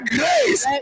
grace